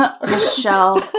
Michelle